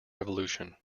revolution